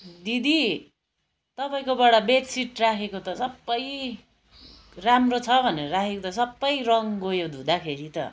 दिदी तपाईँकोबाट बेडसिट राखेको त सबै राम्रो छ भनेर राखेको त सबै रङ गयो धुँदाखेरि त